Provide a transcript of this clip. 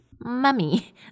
Mummy